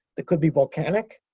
that could be volcanic,